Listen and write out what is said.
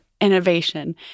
innovation